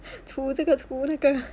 除这个除那个